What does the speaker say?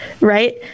right